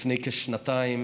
לפני כשנתיים,